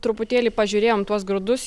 truputėlį pažiūrėjom tuos grūdus